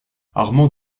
armand